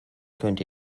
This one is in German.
könnte